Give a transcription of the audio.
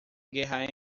guerra